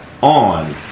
on